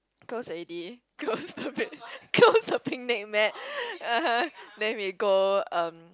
close already close the close the picnic mat (uh huh) then we go um